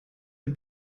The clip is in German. der